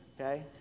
okay